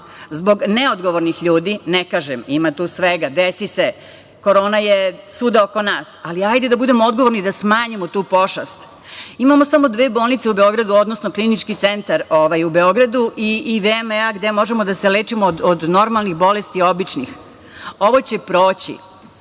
zbog neodgovornih ljudi. Ne kažem, ima tu svega, desi se, korona je svuda oko nas, ali hajde da budemo odgovorni i da smanjimo tu pošast. Imamo samo dve bolnice u Beogradu, Klinički centar i VMA, gde možemo da se lečimo od normalnih bolesti, običnih. Ovo će proći.